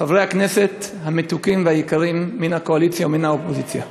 חבר הכנסת יהודה גליק,